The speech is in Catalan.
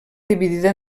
dividida